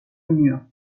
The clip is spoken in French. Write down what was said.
mur